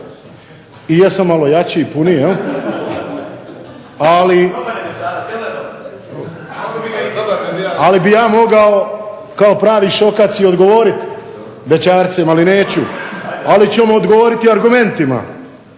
i jesam malo jači, puniji ali bi ja mogao kao pravi šokac i odgovoriti bećarcem ali neću. Ali ću mu odgovoriti argumentima.